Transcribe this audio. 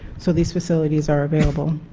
so these facilities are available.